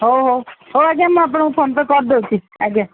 ହଉ ହଉ ହଉ ଆଜ୍ଞା ମୁଁ ଆପଣଙ୍କୁ ଫୋନ୍ ପେ କରିଦେଉଛି ଆଜ୍ଞା